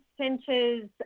centres